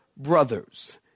Brothers